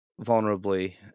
vulnerably